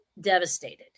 devastated